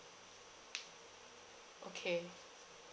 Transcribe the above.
okay